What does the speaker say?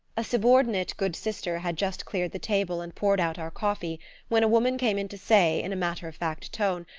a subordinate good sister had just cleared the table and poured out our coffee when a woman came in to say, in a matter-of-fact tone,